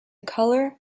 color